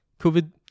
COVID